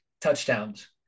touchdowns